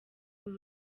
uru